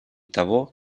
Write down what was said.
того